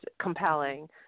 compelling